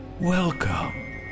Welcome